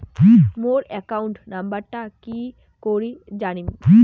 মোর account নাম্বারটা কি করি জানিম?